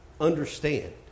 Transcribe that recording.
understand